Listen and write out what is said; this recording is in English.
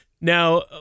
Now